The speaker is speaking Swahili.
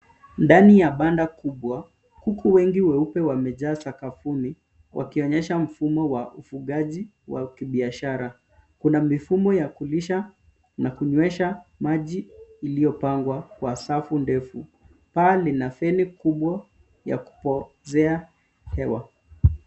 Ndani ya banda kubwa, kuku wengi weupe wamejaa sakafuni wakionyesha mfumo wa ufugaji wa kibiashara. Kuna mifumo ya kulisha na kunywesha iliyopangwa kwa safu ndefu, paa lina feni kubwa ya kupoozea hewa.